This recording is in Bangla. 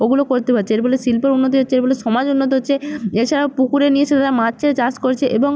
ওগুলো করতে পারছে এর ফলে শিল্পের উন্নতি হচ্ছে এর ফলে সমাজ উন্নত হচ্ছে এছাড়াও পুকুরে নিয়ে এসে তারা মাছের চাষ করছে এবং